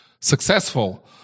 successful